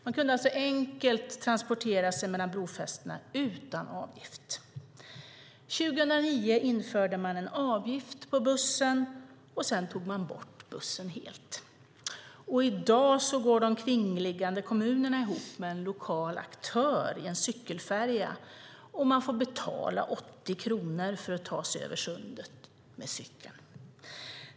Man kunde alltså enkelt transportera sig mellan brofästena utan avgift. År 2009 införde man en avgift på bussen, och sedan tog man bort bussen helt. I dag går de kringliggande kommunerna ihop med en lokal aktör om en cykelfärja, och man får betala 80 kronor för att ta sig över sundet med cykel.